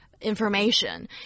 information